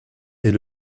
est